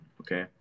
okay